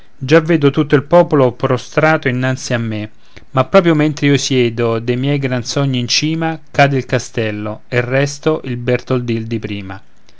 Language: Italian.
già vedo tutto il popolo prostrato innanzi a me ma proprio mentre io siedo de miei gran sogni in cima cade il castello e resto il bertoldin di prima